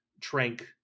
trank